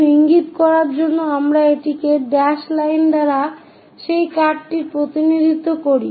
শুধু ইঙ্গিত করার জন্য আমরা একটি ড্যাশড লাইন দ্বারা সেই কাটটির প্রতিনিধিত্ব করি